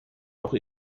doch